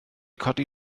codi